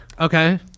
Okay